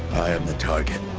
i am the target.